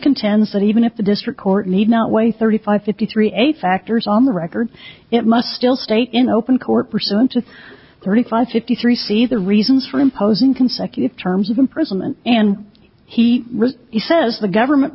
contends that even if the district court need not wait thirty five fifty three eight factors on the record it must still state in open court percent to thirty five fifty three see the reasons for imposing consecutive terms of imprisonment and he says the government